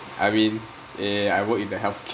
I mean eh I work in the healthcare